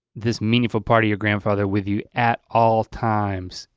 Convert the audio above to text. this meaningful part of your grandfather with you at all times.